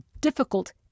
difficult